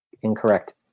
Incorrect